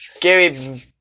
Gary